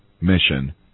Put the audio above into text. mission